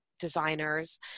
designers